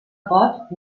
pot